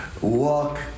Walk